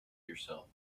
yourself